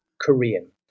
Korean